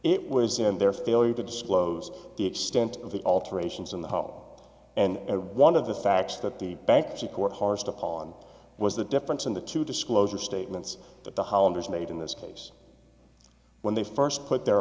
it was in their failure to disclose the extent of the alterations in the home and one of the facts that the bankruptcy court parsed upon was the difference in the two disclosure statements that the hollanders made in this case when they first put their